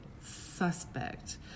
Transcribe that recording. suspect